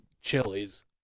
chilies